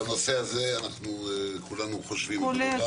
בנושא הזה כולנו חושבים אותו דבר.